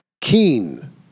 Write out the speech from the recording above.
Keen